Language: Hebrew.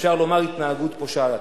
אפשר לומר התנהגות פושעת.